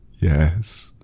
yes